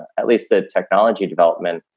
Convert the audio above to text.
at least the technology development,